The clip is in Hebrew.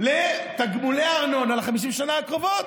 לתגמולי ארנונה ל-50 השנה הקרובות?